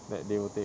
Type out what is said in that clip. that they will take